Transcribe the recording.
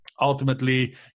Ultimately